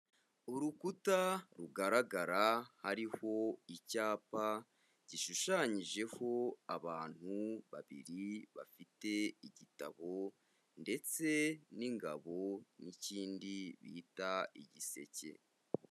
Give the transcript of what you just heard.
Urukuta rugaragara hariho icyapa gishushanyijeho abantu babiri bafite igitabo, ndetse n'ingabo n'ikindi bita igiseke.